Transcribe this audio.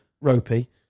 ropey